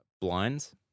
blinds